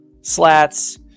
slats